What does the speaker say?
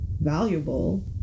valuable